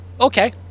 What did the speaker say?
Okay